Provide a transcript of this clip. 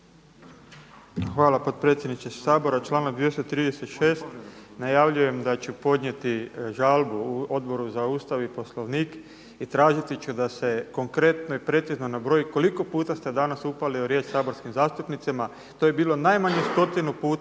Hvala potpredsjedniče Sabora. Članak 236. najavljujem da će podnijeti žalbu Odboru za Ustav i Poslovnik i tražiti ću da se konkretno i precizno nabroji koliko puta ste danas upali u riječ saborskim zastupnicima. To je bilo najmanje stotinu puta.